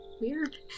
Weird